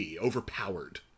overpowered